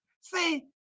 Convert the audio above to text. See